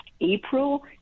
April